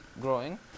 growing